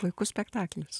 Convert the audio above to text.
puikus spektaklis